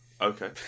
Okay